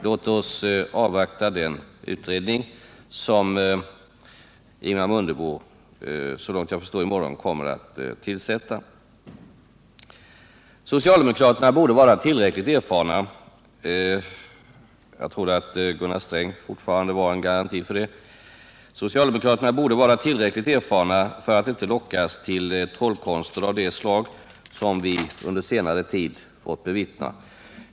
Låt oss alltså avvakta den utredning som Ingemar Mundebo såvitt jag förstår i morgon kommer att tillsätta! Socialdemokraterna borde vara tillräckligt erfarna — jag trodde att Gunnar Sträng fortfarande var en garanti för det — för att inte lockas till trollkonster av det slag som vi under senare tid fått bevittna.